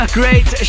great